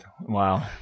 Wow